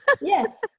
yes